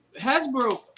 Hasbro